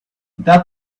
without